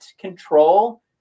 control